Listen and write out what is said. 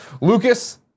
Lucas